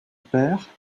père